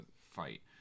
fight